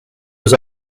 was